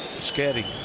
Scary